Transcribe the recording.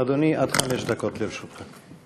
אדוני, עד חמש דקות לרשותך.